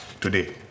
today